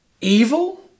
evil